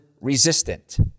resistant